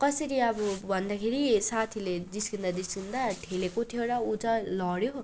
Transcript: कसरी अब भन्दाखेरि साथीले जिस्किँदा जिस्किँदा ठेलेको थियो र उ चाहिँ लड्यो